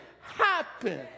happen